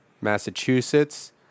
Massachusetts